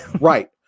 right